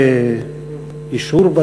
באישור,